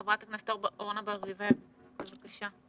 חברת הכנסת אורנה ברביבאי, בבקשה.